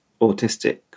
autistic